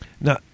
Now